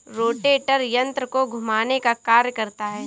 rotator यन्त्र को घुमाने का कार्य करता है